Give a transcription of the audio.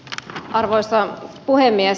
arvoisa puhemies